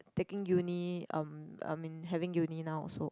taking uni um I mean having uni now also